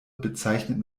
bezeichnet